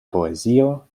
poezio